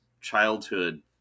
childhood